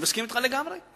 אני מסכים אתך לגמרי.